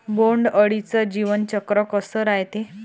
बोंड अळीचं जीवनचक्र कस रायते?